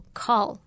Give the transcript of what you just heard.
call